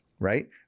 right